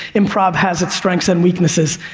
improve has it's strengths and weaknesses.